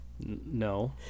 No